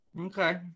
Okay